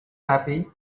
happy